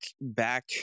back